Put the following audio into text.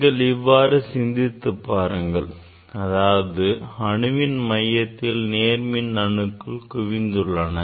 நீங்கள் இவ்வாறு சிந்தித்துப்பாருங்கள் அதாவது அணுவின் மையத்தில் நேர்மின் அணுக்கள் குவிந்துள்ளன